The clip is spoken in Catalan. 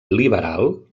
liberal